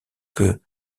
que